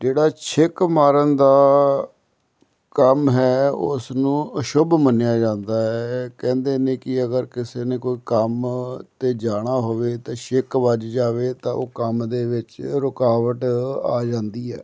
ਜਿਹੜਾ ਛਿੱਕ ਮਾਰਨ ਦਾ ਕੰਮ ਹੈ ਉਸ ਨੂੰ ਅਸ਼ੁਭ ਮੰਨਿਆ ਜਾਂਦਾ ਹੈ ਕਹਿੰਦੇ ਨੇ ਕਿ ਅਗਰ ਕਿਸੇ ਨੇ ਕੋਈ ਕੰਮ 'ਤੇ ਜਾਣਾ ਹੋਵੇ ਅਤੇ ਛਿੱਕ ਵੱਜ ਜਾਵੇ ਤਾਂ ਉਹ ਕੰਮ ਦੇ ਵਿੱਚ ਰੁਕਾਵਟ ਆ ਜਾਂਦੀ ਹੈ